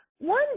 One